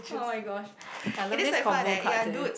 oh-my-gosh I love these convo cards eh